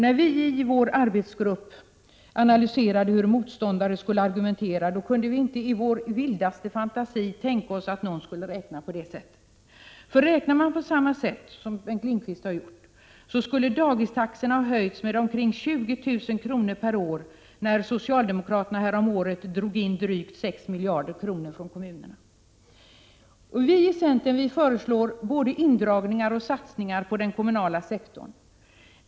När vi i vår arbetsgrupp analyserade hur motståndare skulle argumentera, kunde vi inte i vår vildaste fantasi tänka oss att någon skulle räkna på det sättet. För räknar man som Bengt Lindqvist beskriver, så skulle dagistaxorna ha höjts med omkring 20 000 kr. per år, när socialdemokraterna häromåret drog in drygt 6 miljarder kronor från kommunerna. Vi i centern föreslår både indragningar och satsningar på den kommunala sektorn.